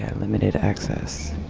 and limited access,